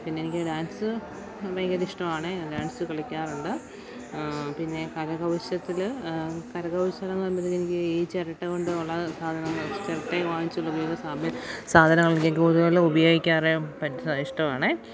പിന്നെ എനിക്ക് ഡാൻസ് ഭയങ്കര ഇഷ്ടമാണ് ഡാൻസ് കളിക്കാറുണ്ട് പിന്നെ കരകൗശലത്തിൽ കരകൗശലമെന്ന രീതിയിൽ ഈ ചിരട്ട കൊണ്ട് ഉള്ള സാധനങ്ങൾ ചിരട്ട വാങ്ങിച്ചു പുതിയ പുതിയ സാധനങ്ങൾ ഇതുപോലെ ഉപയോഗിക്കാറ് പറ്റ ഇഷ്ടമാണ്